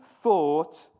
thought